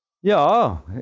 Ja